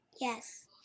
Yes